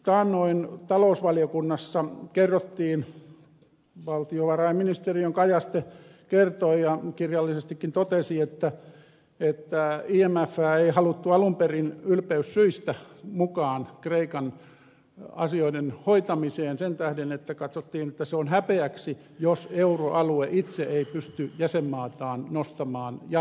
taannoin talousvaliokunnassa kerrottiin valtiovarainministeriön kajaste kertoi ja kirjallisestikin totesi että imfää ei haluttu alun perin ylpeyssyistä mukaan kreikan asioiden hoitamiseen sen tähden että katsottiin että se on häpeäksi jos euroalue itse ei pysty jäsenmaataan nostamaan jaloilleen